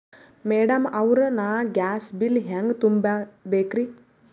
Madam ಅವ್ರ, ನಾ gas bill ಹೆಂಗ ತುಂಬಾ ಬೇಕ್ರಿ?